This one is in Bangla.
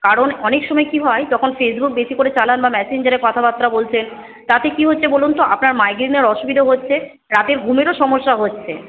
কারণ অনেক সময় কী হয় যখন ফেসবুক বেশি করে চালান বা মেসেঞ্জারে কথাবার্তা বলছেন তাতে কী হচ্ছে বলুন তো আপনার মাইগ্রেনের অসুবিধা হচ্ছে রাতের ঘুমেরও সমস্যা হচ্ছে